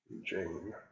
Jane